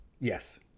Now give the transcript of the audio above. yes